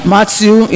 Matthew